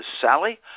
Sally